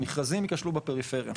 מכרזים ייכשלו בפריפריה.